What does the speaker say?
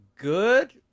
good